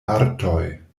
artoj